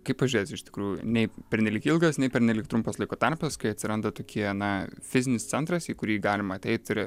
kaip pažiūrėsi iš tikrųjų nei pernelyg ilgas nei pernelyg trumpas laiko tarpas kai atsiranda tokie na fizinis centras į kurį galima ateit ir